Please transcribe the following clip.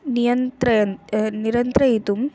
नियन्त्रयन् नियन्त्रयितुम्